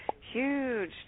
huge